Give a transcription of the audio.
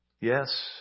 Yes